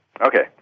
Okay